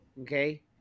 okay